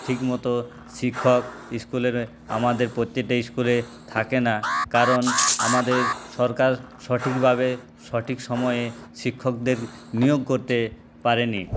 ঠিকমতো শিক্ষক ইস্কুলের আমাদের প্রত্যেকটা ইস্কুলে থাকে না কারণ আমাদের সরকার সঠিকভাবে সঠিক সময়ে শিক্ষকদের নিয়োগ করতে পারেনি